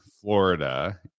Florida